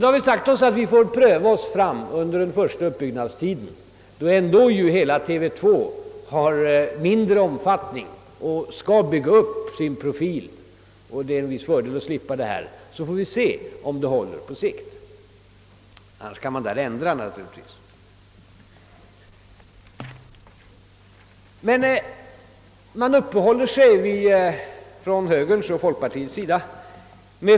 Vi har därför sagt oss att vi får lov att pröva oss fram under uppbyggnadstiden, då ju hela TV 2 ändå har mindre omfattning och skall utforma sin profil — då kommer det under alla omständigheter att vara en fördel att TV 2 slipper ha en egen nyhetsavdelning — och på så sätt undersöka om systemet håller på sikt; i annat fall får man naturligtvis ändra det.